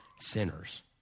sinners